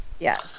Yes